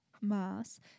mass